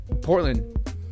Portland